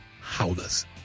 Howlers